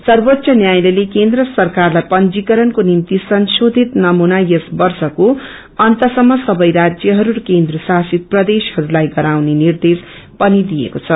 सर्वोच्च न्यायलयते केन्द्र सरक्वारलाई पंजीकरणको निम्ति संशोषित नमूना यस वर्षको अन्तसम्म सबै राज्यहरू र केन्द्र शासित प्रदेशहरूलाई गराउने निर्देश पनि दिएको छ